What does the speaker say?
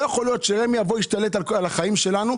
לא יכול להיות שרמ"י ישתלט על החיים שלנו,